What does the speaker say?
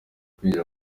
kwinjira